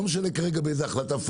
לא משנה כרגע באיזו החלטה,